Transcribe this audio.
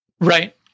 Right